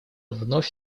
вновь